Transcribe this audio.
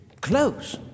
Close